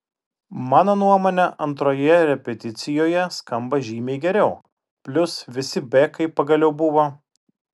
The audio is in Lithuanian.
mano nuomone antroje repeticijoje skamba žymiai geriau plius visi bekai pagaliau buvo